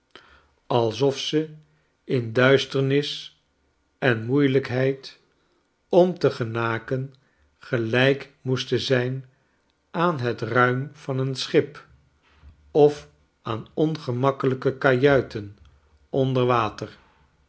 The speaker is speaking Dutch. alsof ze in duisternis en moeielijkheid om te genaken gelijk moesten zijn aan het ruim van een schip of aan ongemakkelijke kajuiten